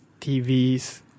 TVs